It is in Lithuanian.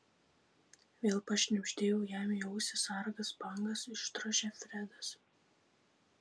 vėl pašnibždėjau jam į ausį sargas bangas išdrožė fredas